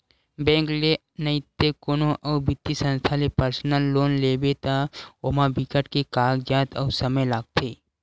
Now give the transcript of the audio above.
bank ले नइते कोनो अउ बित्तीय संस्था ले पर्सनल लोन लेबे त ओमा बिकट के कागजात अउ समे लागथे